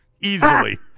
Easily